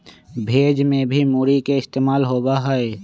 भेज में भी मूरी के इस्तेमाल होबा हई